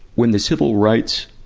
when the civil rights